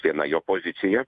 viena jo pozicija